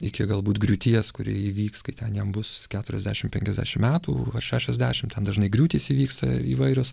iki galbūt griūties kuri įvyks kai ten jam bus keturiasdešim penkiasdešim metų ar šešiasdešim ten dažnai griūtys įvyksta įvairios